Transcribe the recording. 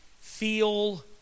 feel